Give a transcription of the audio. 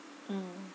mm